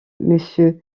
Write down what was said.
monsieur